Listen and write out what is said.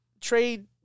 trade